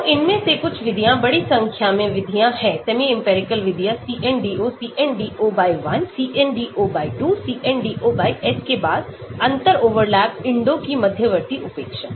तो इनमें से कुछ विधियाँ बड़ी संख्या में विधियाँ हैं सेमी इंपिरिकल विधियाँ CNDO CNDO 1 CNDO 2 CNDO S के बाद अंतर ओवरलैप INDO की मध्यवर्ती उपेक्षा